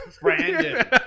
brandon